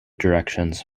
directions